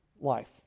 life